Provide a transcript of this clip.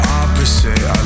opposite